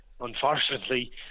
Unfortunately